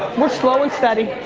we're slow and steady,